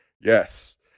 Yes